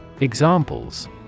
Examples